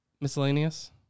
Miscellaneous